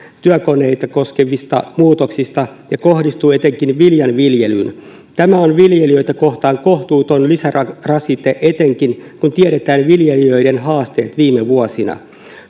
työkoneita koskevista muutoksista ja kohdistuu etenkin viljan viljelyyn tämä on viljelijöitä kohtaan kohtuuton lisärasite etenkin kun tiedetään viljelijöiden haasteet viime vuosina